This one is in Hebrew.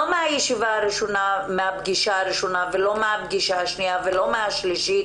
זה לא קורה בפגישה הראשונה ולא בפגישה השנייה או השלישית.